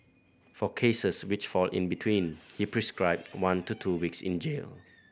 for cases which fall in between he prescribed one to two weeks in jail